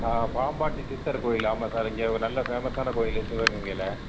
பாம்பாட்டி சித்தர் கோயில் ஆமாம் சார் இங்கே ஒரு நல்ல ஃபேமஸ்ஸான கோயில் சிவகங்கையில்